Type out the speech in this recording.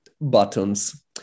buttons